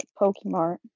PokeMart